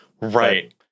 Right